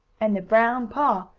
and the brown paw,